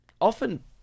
often